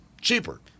cheaper